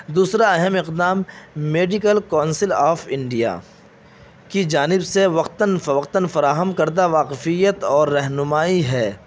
دوسرا اہم اقدام میڈیکل کونسل آف انڈیا کی جانب سے وقتاً فوقتاً فراہم کردہ واقفیت اور رہنمائی ہے